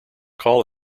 call